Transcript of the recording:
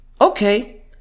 okay